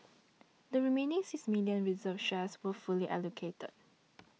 the remaining six million reserved shares were fully allocated